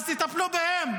אז תטפלו בהם.